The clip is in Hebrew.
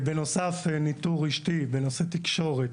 בנוסף, מבחינת ניטור רשתי בנושא התקשורת